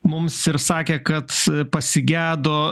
mums ir sakė kad pasigedo